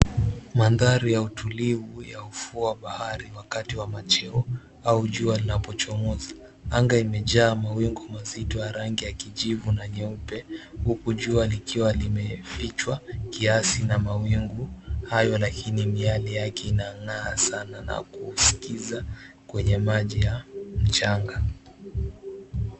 Mandhari ya utulivu ya ufuo wa bahari wakati wa machweo au jua linapochomoza. Anga imejaa mawingu mazito ya rangi ya kijivu na nyeupe, huku jua likiwa limefichwa kiasi na mawingu hayo lakini miale yake inang'aa sana na kuuskiza kwenye maji ya mchanga.